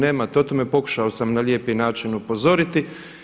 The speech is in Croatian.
Nemate o tome, pokušao sam na lijepi način upozoriti.